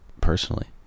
personally